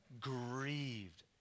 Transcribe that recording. Grieved